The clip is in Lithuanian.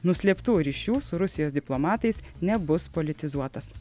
nuslėptų ryšių su rusijos diplomatais nebus politizuotas